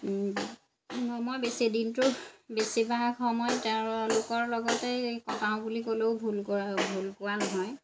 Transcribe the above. মই মই বেছি দিনটোৰ বেছিভাগ সময় তেওঁলোকৰ লগতেই কটাওঁ বুলি ক'লেও ভুল কোৱা ভুল কোৱা নহয়